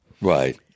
Right